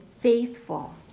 faithful